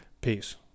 Peace